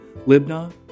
Libna